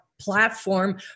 platform